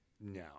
no